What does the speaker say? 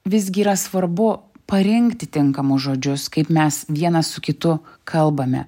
visgi yra svarbu parinkti tinkamus žodžius kaip mes vienas su kitu kalbame